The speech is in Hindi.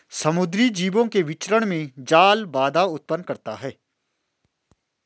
समुद्री जीवों के विचरण में जाल बाधा उत्पन्न करता है